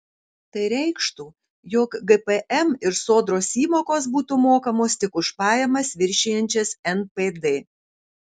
tai reikštų jog gpm ir sodros įmokos būtų mokamos tik už pajamas viršijančias npd